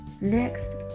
next